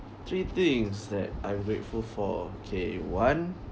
three things that I'm grateful for okay one